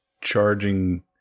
charging